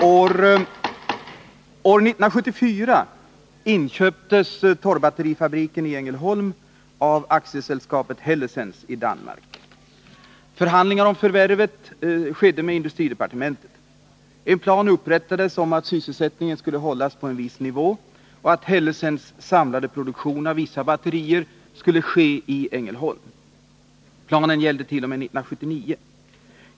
Herr talman! År 1974 inköptes Torrbatterifabriken i Ängelholm av A/S Hellesens i Danmark. Förhandlingar om förvärvet bedrevs med industridepartementet. Man upprättade en plan, som syftade till att hålla sysselsättningen på en viss nivå och till att Hellesens samlade produktion av vissa batterier skulle äga rum i Angelholm. Planen gällde t.o.m. 1979.